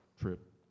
trip